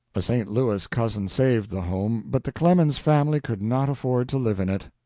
a st. louis cousin saved the home, but the clemens family could not afford to live in it.